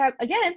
again